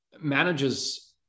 managers